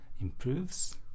improves